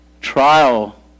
trial